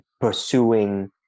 pursuing